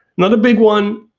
not a big one,